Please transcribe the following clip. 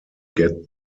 get